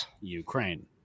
Ukraine